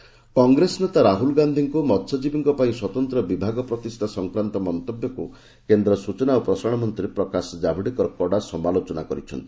ପ୍ରକାଶ ଜାଭେଡକର କଂଗ୍ରେସ ନେତା ରାହୁଲ ଗାନ୍ଧୀଙ୍କୁ ମସ୍ୟଜୀବୀଙ୍କ ପାଇଁ ସ୍ୱତନ୍ତ୍ର ବିଭାଗ ପ୍ରତିଷ୍ଠା ସଂକ୍ରାନ୍ତ ମନ୍ତବ୍ୟକୁ କେନ୍ଦ୍ର ସୂଚନା ଓ ପ୍ରସାରଣ ମନ୍ତ୍ରୀ ପ୍ରକାଶ ଜାଭେଡକର କଡା ସମାଲୋଚନା କରିଛନ୍ତି